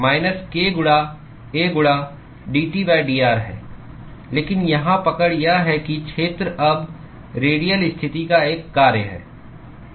minus k गुणा A गुणा dT dr है लेकिन यहां पकड़ यह है कि क्षेत्र अब रेडियल स्थिति का एक कार्य है ठीक है